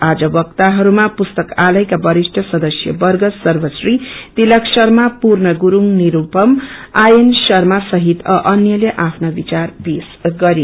आज वक्ताहरूमा पुस्तकालयका वरिष्ठ सदस्यवंग सर्वश्री तीलक शर्मा पूर्ण गुरूङ निरूपम आई एन शर्मो सहित अ अन्यले आफ्ना विचार पेश गरे